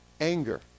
anger